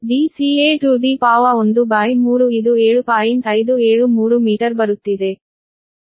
573 metre ಬರುತ್ತಿದೆ